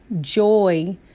joy